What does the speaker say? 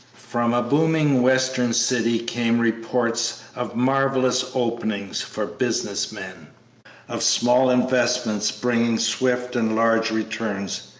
from a booming western city came reports of marvellous openings for business men of small investments bringing swift and large returns.